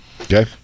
Okay